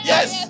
Yes